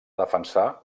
defensar